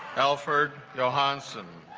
alfred johansen